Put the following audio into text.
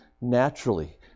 naturally